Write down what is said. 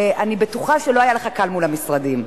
ואני בטוחה שלא היה לך קל מול המשרדים.